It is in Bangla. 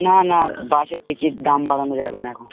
না না বাসের টিকিট দাম বাড়ানো যাবে না এখন